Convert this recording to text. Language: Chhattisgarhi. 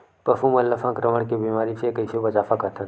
पशु मन ला संक्रमण के बीमारी से कइसे बचा सकथन?